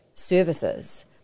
services